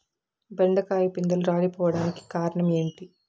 బెండకాయ పిందెలు రాలిపోవడానికి కారణం ఏంటి?